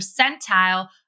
percentile